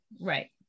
right